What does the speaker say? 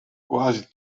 quasi